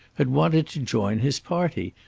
had wanted to join his party,